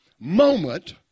moment